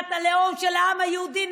מדינת הלאום של העם היהודי.